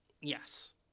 Yes